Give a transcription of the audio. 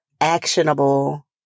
actionable